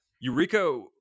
Eureka